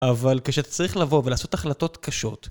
אבל כשאתה צריך לבוא ולעשות החלטות קשות